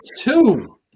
two